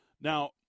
Now